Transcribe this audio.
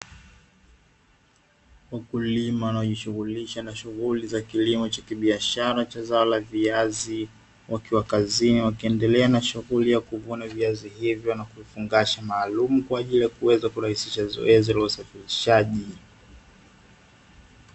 Wakulima wanaojishughulisha na shughuli za kilimo cha kibiashara cha zao la viazi, wakiwa kazini wakiendelea na shughuli ya kuvuna viazi hivyo na kuifungasha maalumu kwa ajili ya kuweza kurahisisha zoezi la usafirishaji.